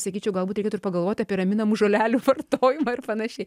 sakyčiau galbūt reikėtų ir pagalvoti apie raminamų žolelių vartojimą ir panašiai